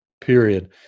period